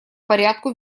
порядку